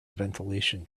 ventilation